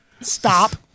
Stop